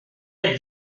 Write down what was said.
êtes